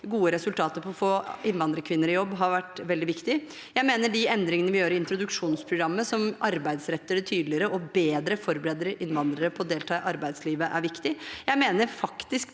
det gjelder å få innvandrerkvinner i jobb, har vært veldig viktig. Jeg mener de endringene vi gjør i introduksjonsprogrammet, som arbeidsretter det tydeligere og bedre forbereder innvandrere på å delta i arbeidslivet, er viktig. Jeg mener faktisk